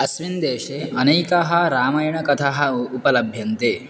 अस्मिन् देशे अनेकाः रामायणकथाः उपलभ्यन्ते